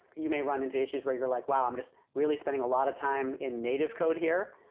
you may run into issues where you're like, wow! i'm just really spending a lot of time in native code here.